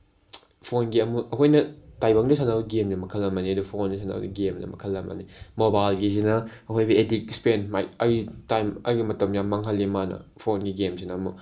ꯐꯣꯟꯒꯤ ꯑꯃꯨꯛ ꯑꯩꯈꯣꯏꯅ ꯇꯥꯏꯕꯪꯗ ꯁꯥꯟꯅꯕ ꯒꯦꯝꯁꯦ ꯃꯈꯜ ꯑꯃꯅꯤ ꯑꯗꯨꯒ ꯐꯣꯟꯗ ꯁꯥꯟꯅꯕꯁꯤ ꯒꯦꯝꯗꯤ ꯃꯈꯜ ꯑꯃꯅꯤ ꯃꯣꯕꯥꯏꯜꯒꯤꯁꯤꯅ ꯑꯩꯈꯣꯏꯒꯤ ꯑꯦꯗꯤꯛ ꯏꯁꯄꯦꯟ ꯂꯥꯏꯛ ꯑꯩꯒꯤ ꯇꯥꯏꯝ ꯑꯩꯒꯤ ꯃꯇꯝ ꯌꯥꯝ ꯃꯥꯡꯍꯜꯂꯤ ꯃꯥꯅ ꯐꯣꯟꯒꯤ ꯒꯦꯝꯁꯤꯅ ꯑꯃꯨꯛ